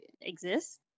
exist